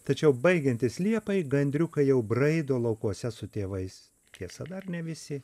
tačiau baigiantis liepai gandriukai jau braido laukuose su tėvais tiesa dar ne visi